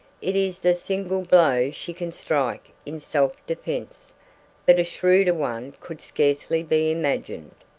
it is the single blow she can strike in self-defence but a shrewder one could scarcely be imagined.